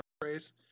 phrase